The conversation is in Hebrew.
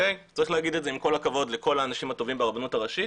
צריך להגיד את זה עם כל הכבוד לכל האנשים הטובים ברבנות הראשית.